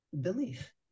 belief